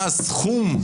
מה הסכום,